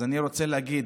אז אני רוצה להגיד.